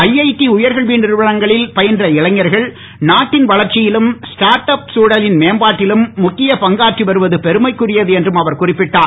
IIT உயர்கல்வி நிறுவனங்களில் பயின்ற இளைஞர்கள் நாட்டின் வளர்ச்சியிலும் ஸ்டார்ட் அப் தழலின் மேம்பாட்டிலும் முக்கிய பங்காற்றி வருவது பெருமைக்குரியது என்றும் அவர் குறிப்பிட்டார்